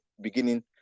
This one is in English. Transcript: beginning